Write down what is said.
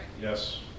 Yes